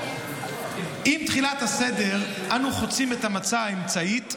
"עם תחילת הסדר אנו חוצים את המצה האמצעית,